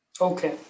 Okay